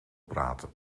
praten